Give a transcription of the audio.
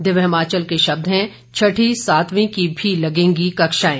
दिव्य हिमाचल के शब्द हैं छठी सातवीं की भी लगेंगी कक्षाएं